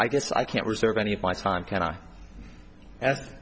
i guess i can't reserve any of my time can i as